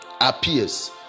appears